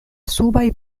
subaj